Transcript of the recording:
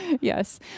Yes